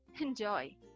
enjoy